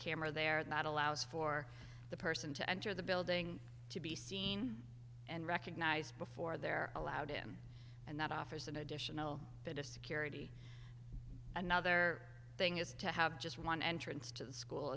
camera there that allows for the person to enter the building to be seen and recognized before they're allowed in and that offers an additional bit of security another thing is to have just one entrance to the school